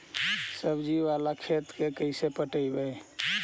सब्जी बाला खेत के कैसे पटइबै?